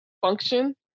function